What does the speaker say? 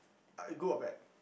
uh good or bad